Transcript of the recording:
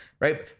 right